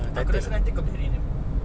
aku rasa nanti kau do in it